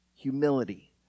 humility